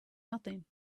nothing